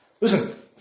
Listen